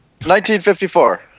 1954